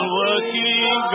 working